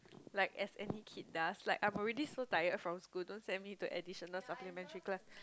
like as any kid does like I'm already so tired from school don't send me to additional supplementary class